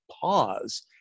pause